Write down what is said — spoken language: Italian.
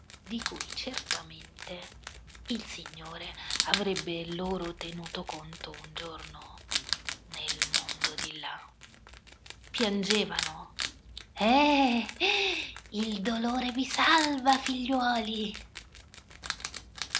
di cui certamente il signore avrebbe loro tenuto conto un giorno nel mondo di là piangevano eh il dolore vi salva figliuoli